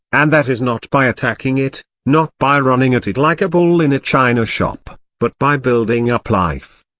and that is not by attacking it, not by running at it like a bull in a china shop but by building up life.